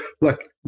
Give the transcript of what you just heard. look